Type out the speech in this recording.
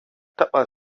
taba